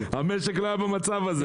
המשק לא היה במצב הזה.